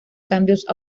cambios